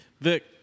Vic